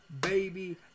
baby